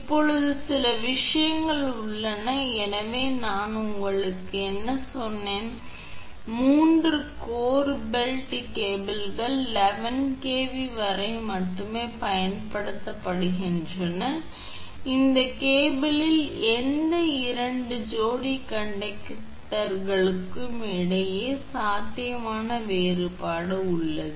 இப்போது சில விவரங்கள் உள்ளன எனவே நான் உங்களுக்கு என்ன சொன்னேன் இப்போது 3 கோர் பெல்ட் கேபிள்கள் 11 kV வரை மட்டுமே பயன்படுத்தப்படுகின்றன இந்த கேபிளில் எந்த 2 ஜோடி கண்டக்டர்களுக்கும் இடையே சாத்தியமான வேறுபாடு உள்ளது